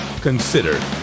consider